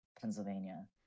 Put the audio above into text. Pennsylvania